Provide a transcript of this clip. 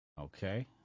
Okay